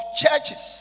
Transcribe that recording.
churches